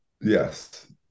Yes